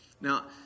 Now